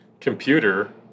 Computer